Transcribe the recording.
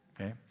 okay